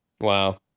Wow